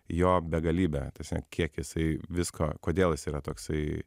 jo begalybę ta prasme kiek jisai visko kodėl jis yra toksai